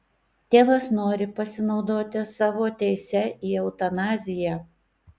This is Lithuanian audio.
tėvas nori pasinaudoti savo teise į eutanaziją